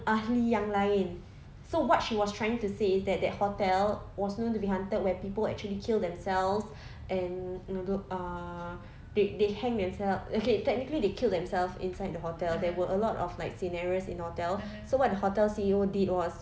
ahli yang lain so what she was trying to say is that that hotel was known to be haunted where people actually killed themselves and know do ah they they hang themselves okay technically they kill themselves inside the hotel there were a lot of like scenarios in hotel so what the hotel C_E_O did was